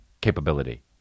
capability